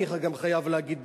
אני גם חייב להגיד,